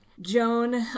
Joan